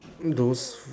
those